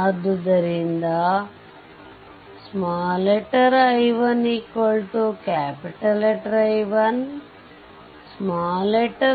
ಆದ್ದರಿಂದ i1 I1 i2 I3 ಮತ್ತು